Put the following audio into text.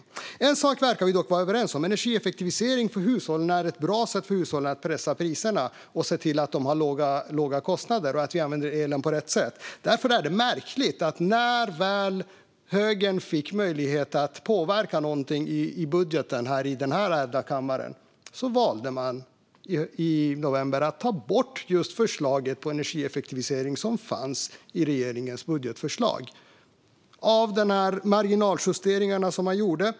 En sak verkar Alexandra Anstrell och jag dock vara överens om: Energieffektivisering för hushållen är ett bra sätt för hushållen att pressa priserna och att se till att de har låga kostnader samt att elen används på rätt sätt. Därför är det märkligt att högern, när man i november väl fick möjlighet att påverka någonting i budgeten i den här ädla kammaren, valde att ta bort det förslag på effektivisering som fanns i regeringens budgetförslag. Detta var en del av de marginaljusteringar som man gjorde.